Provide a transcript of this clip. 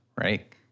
Right